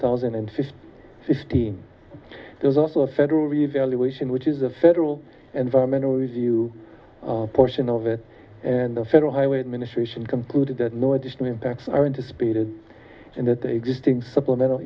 thousand and fifteen fifteen there's also a federal evaluation which is a federal environmental review portion of it and the federal highway administration completed that no additional impacts are into speeded and that the existing supplemental